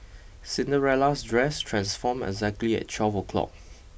Cinderella's dress transformed exactly at twelve o'clock